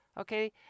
Okay